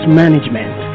management